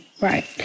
Right